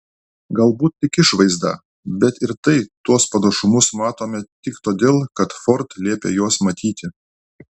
galbūt tik išvaizdą bet ir tai tuos panašumus matome tik todėl kad ford liepė juos matyti